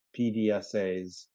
PDSAs